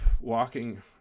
walking